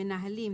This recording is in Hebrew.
מנהלים,